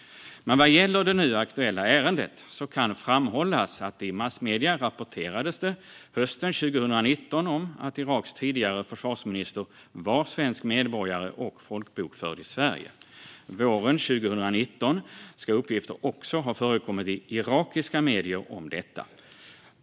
Vad gäller det nu aktuella ärendet kan framhållas att det i massmedierna hösten 2019 rapporterades om att Iraks tidigare försvarsminister var svensk medborgare och folkbokförd i Sverige. Våren 2019 ska uppgifter också ha förekommit i irakiska medier om detta.